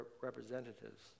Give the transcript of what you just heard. representatives